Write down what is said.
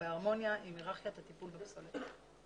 ובהרמוניה עם היררכיית הטיפול בפסולת.